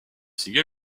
single